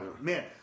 Man